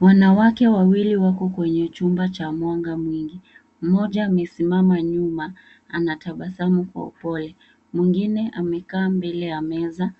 Wanawake wawili wako kwenye chumba cha mwanga mwingi. Mmoja amesimama nyuma, anatabasamu kwa upole. Mwingine amekaa mbele ya meza,